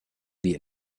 wie